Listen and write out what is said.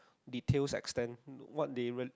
details expand what they rent